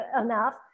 enough